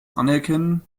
anerkennen